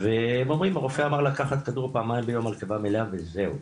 והם אומרים הרופא אמר לקחת כדור פעמיים ביום על קיבה מלאה וזהו,